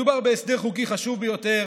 מדובר בהסדר חוקי חשוב ביותר,